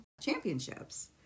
championships